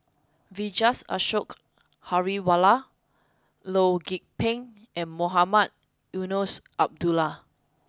Vijesh Ashok Ghariwala Loh Lik Peng and Mohamed Eunos Abdullah